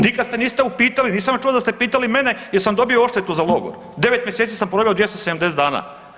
Nikad se niste upitali, nisam čuo da ste pitali mene jesam dobio odštetu za logor, 9 mjeseci sam proveo 270 dana.